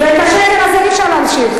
ממש כן, ואת השקר הזה אי-אפשר להמשיך.